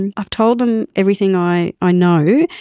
and i've told them everything i i know,